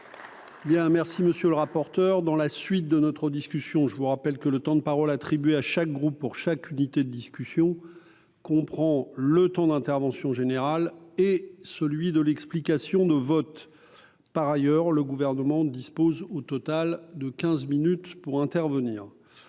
relatif au fonds Chaleur. Très bien ! Mes chers collègues, je vous rappelle que le temps de parole attribué à chaque groupe pour chaque unité de discussion comprend le temps de l'intervention générale et celui de l'explication de vote. Par ailleurs, le Gouvernement dispose au total de quinze minutes pour intervenir.